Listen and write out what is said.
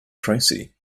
tracy